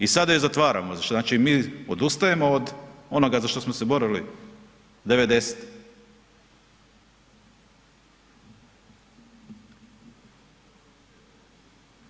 I sada je zatvaramo, znači mi odustajemo od onoga za što smo se borili 90-ih.